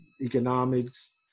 economics